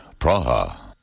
Praha